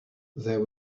there